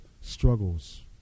struggles